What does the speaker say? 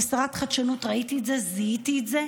כשרת חדשנות ראיתי את זה, זיהיתי את זה.